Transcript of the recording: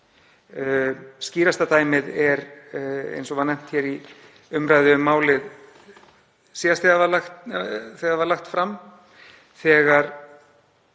Skýrasta dæmið er, eins og var nefnt í umræðu um málið síðast þegar það var lagt fram,